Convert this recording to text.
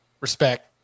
Respect